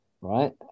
right